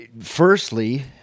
Firstly